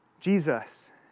Jesus